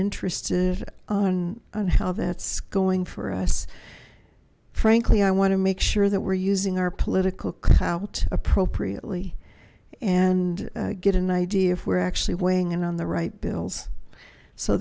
interested on on how that's going for us frankly i want to make sure that we're using our political clout appropriately and get an idea if we're actually weighing in on the right bills so